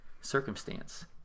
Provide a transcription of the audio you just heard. circumstance